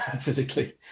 physically